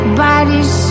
bodies